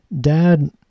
dad